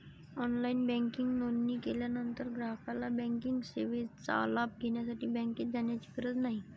online banking नोंदणी केल्यानंतर ग्राहकाला बँकिंग सेवेचा लाभ घेण्यासाठी बँकेत जाण्याची गरज नाही